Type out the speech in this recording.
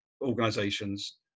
organizations